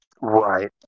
Right